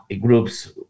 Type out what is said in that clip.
groups